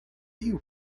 you